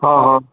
હંહં